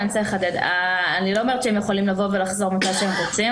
אומרת שהם יכולים לבוא ולחזור מתי שהם רוצים,